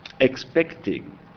expecting